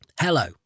Hello